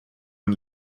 und